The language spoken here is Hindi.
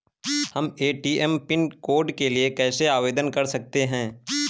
हम ए.टी.एम पिन कोड के लिए कैसे आवेदन कर सकते हैं?